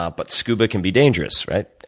ah but scuba can be dangerous, right?